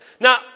Now